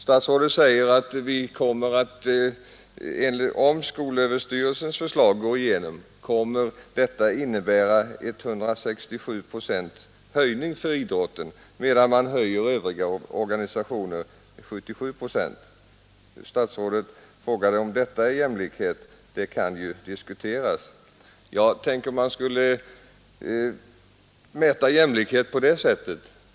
Statsrådet säger att skolöverstyrelsens förslag, om det bifalles, kommer att innebära en höjning med 167 procent för idrotten, medan anslaget till gruppen Övriga organisationer höjs med 77 procent. Statsrådet frågade om detta är jämlikhet — det kan ju diskuteras. Ja, tänk om man skulle mäta jämlikhet på det sättet!